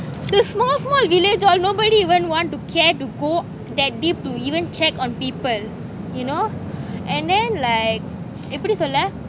the small small village all nobody even wouldn't want to care to go that deep to even check on people you know and then like எபிடி சொல்ல:epidi solla